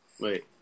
wait